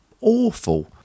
awful